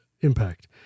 impact